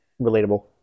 relatable